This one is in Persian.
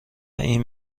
این